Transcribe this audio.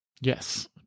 Yes